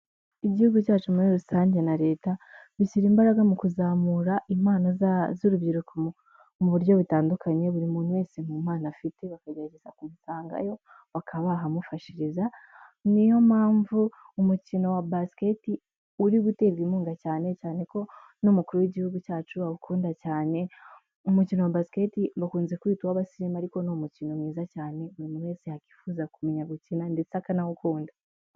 Igihugu cyacu muri rusange na Leta, bishyira imbaraga mu kuzamura impano z'urubyiruko mu buryo butandukanye buri muntu wese mu mpano afite bakagerageza kumusangayo, bakaba bahamufashiriza, niyo mpamvu umukino wa basket uri guterwa inkunga cyane, cyane ko n'umukuru w'igihugu cyacu awukunda cyane, umukino wa baket, bakunze kuwita uw'abasizimu ariko ni umukino mwiza cyane, buri muntu wese yakwifuza kumenya gukina ndetse akanawukunda.